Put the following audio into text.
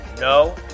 No